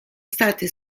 state